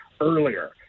earlier